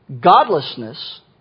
Godlessness